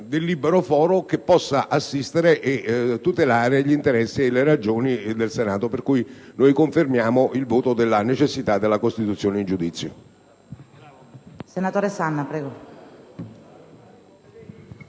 del libero Foro che assista e tuteli gli interessi e le ragioni del Senato. Pertanto confermiamo il voto della necessità della costituzione in giudizio.